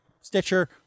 stitcher